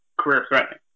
career-threatening